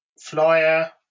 flyer